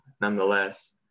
nonetheless